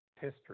history